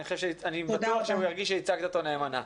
אני בטוח שהוא מרגיש שייצגת אותו נאמנה.